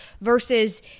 versus